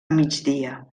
migdia